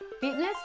fitness